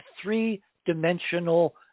three-dimensional